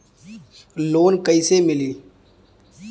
Loan कइसे मिलि?